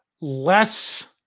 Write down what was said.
less